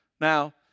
Now